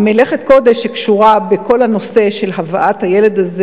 מלאכת הקודש שקשורה בכל הנושא של הבאת הילד הזה